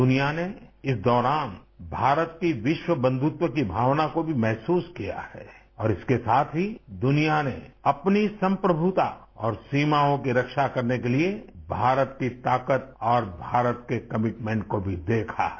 दुनिया ने इस दौरान भारत की विश्व बंधुत्व की भावना को भी महसूस किया है और इसके साथ ही दुनिया ने अपनी संप्रमुता और सीमाओं की रक्षा करने के लिए भारत की ताकत और भारत के कमिटमेंट को भी देखा है